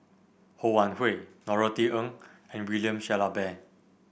Ho Wan Hui Norothy Ng and William Shellabear